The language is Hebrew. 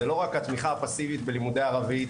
זו לא רק התמיכה הפסיבית בלימודי ערבית,